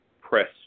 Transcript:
press